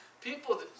People